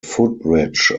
footbridge